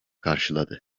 karşıladı